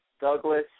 Douglas